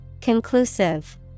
Conclusive